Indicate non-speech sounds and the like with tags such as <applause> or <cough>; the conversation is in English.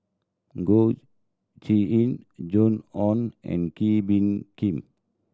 Goh <unintelligible> Joan Hon and Kee Bee Khim